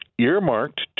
earmarked